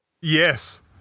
Yes